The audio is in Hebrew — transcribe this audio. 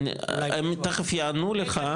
הם תיכף יענו לך.